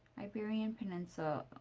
iberian peninsula,